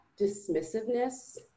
dismissiveness